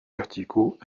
verticaux